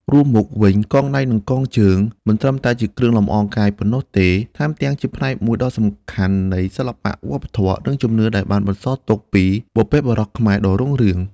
រួមមកវិញ កងដៃ និងកងជើង មិនត្រឹមតែជាគ្រឿងលម្អកាយប៉ុណ្ណោះទេ ថែមទាំងជាផ្នែកមួយដ៏សំខាន់នៃសិល្បៈ វប្បធម៌ និងជំនឿដែលបានបន្សល់ទុកពីបុព្វបុរសខ្មែរដ៏រុងរឿង។